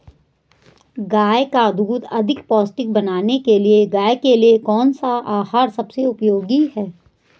गाय का दूध अधिक पौष्टिक बनाने के लिए गाय के लिए कौन सा आहार सबसे उपयोगी है?